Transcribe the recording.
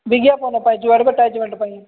ବିଜ୍ଞାପନ ପାଇଁ ଯେଉଁ ଆଡ଼ଭଟାଜମେଣ୍ଟ ପାଇଁ